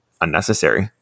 unnecessary